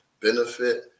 benefit